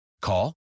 Call